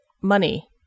money